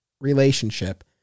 relationship